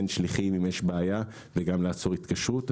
שליחים אם יש בעיה וגם לעצור התקשרות.